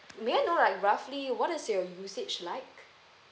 may I know like roughly what is your usage like